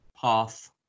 path